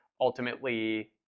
ultimately